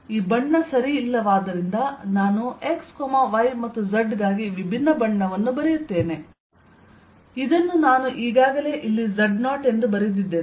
ಈ ಬಣ್ಣ ಸರಿಯಿಲ್ಲವಾದ್ದರಿಂದ ನಾನು x y ಮತ್ತು z ಗಾಗಿ ವಿಭಿನ್ನ ಬಣ್ಣವನ್ನು ಬರೆಯುತ್ತೇನೆ ಇದನ್ನು ನಾನು ಈಗಾಗಲೇ ಇಲ್ಲಿ z0ಎಂದು ಬರೆದಿದ್ದೇನೆ